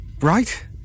Right